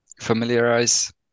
familiarize